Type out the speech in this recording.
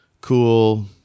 cool